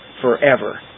forever